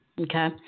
okay